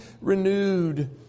renewed